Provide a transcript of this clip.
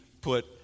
put